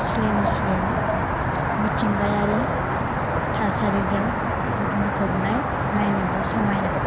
slim slim मिथिंगायारि थासारिजों बुंफबनाय नायनोबो समायना